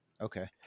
Okay